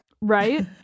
right